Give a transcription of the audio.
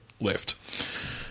left